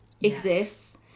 exists